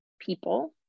people